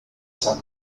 san